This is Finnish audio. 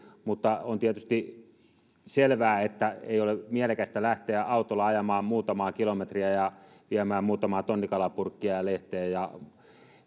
mutta on tietysti selvää ettei ole mielekästä lähteä autolla ajamaan muutamaa kilometriä viemään muutamaa tonnikalapurkkia lehteä ja